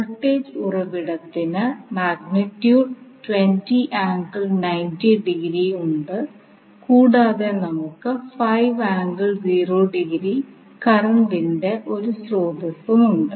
voltage ഉറവിടത്തിന് magnitude ഉണ്ട് കൂടാതെ നമുക്ക് കറണ്ട് ന്റെ ഒരു സ്രോതസ്സും ഉണ്ട്